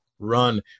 Run